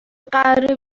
قراره